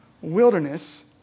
wilderness